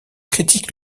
critiques